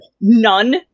None